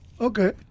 Okay